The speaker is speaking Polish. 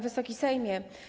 Wysoki Sejmie!